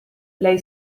lei